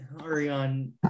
Ariane